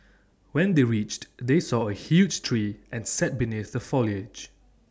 when they reached they saw A huge tree and sat beneath the foliage